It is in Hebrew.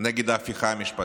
נגד ההפיכה המשפטית.